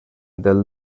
del